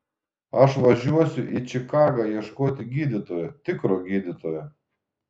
aš važiuosiu į čikagą ieškoti gydytojo tikro gydytojo